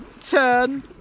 turn